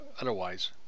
otherwise